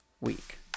week